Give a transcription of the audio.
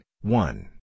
one